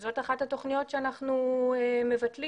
שזו אחת התכניות שאנחנו מבטלים